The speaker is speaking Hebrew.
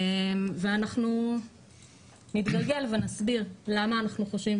ואנחנו נתגלגל ונסביר למה אנחנו חושבים